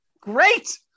Great